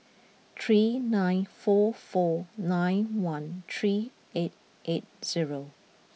three nine four four nine one three eight eight zero